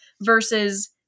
versus